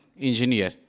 engineer